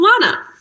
Lana